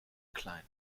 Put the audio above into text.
klein